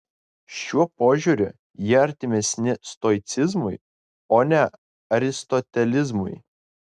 šiuo požiūriu jie artimesni stoicizmui o ne aristotelizmui